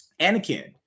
Anakin